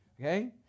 okay